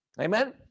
Amen